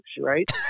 right